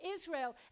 Israel